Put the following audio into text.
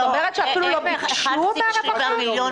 כלומר אפילו לא ביקשו עדיין מהרווחה?